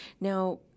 Now